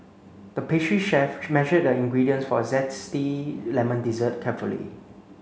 the pastry chef measured the ingredients for a zesty lemon dessert carefully